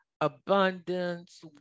abundance